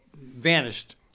vanished